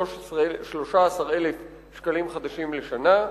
13,000 שקלים חדשים לשנה,